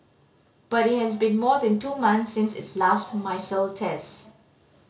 but it has been more than two months since its last missile test